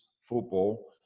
football